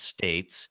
states –